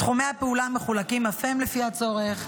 תחומי הפעולה מחולקים גם הם, לפי הצורך,